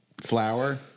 flour